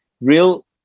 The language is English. real